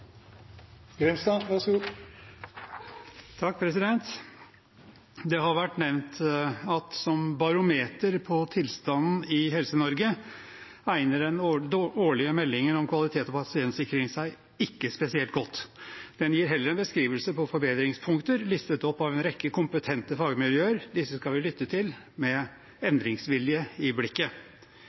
Det har vært nevnt at som barometer på tilstanden i Helse-Norge egner den årlige meldingen om kvalitet og pasientsikkerhet seg ikke spesielt godt. Den gir heller en beskrivelse av forbedringspunkter, listet opp av en rekke kompetente fagmiljøer. Disse skal vi lytte til med endringsvilje i blikket.